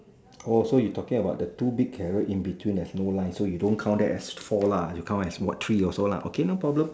oh so you're talking about the two big carrot in between there's no line so you don't count that as four you count as what three also okay no problem